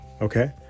Okay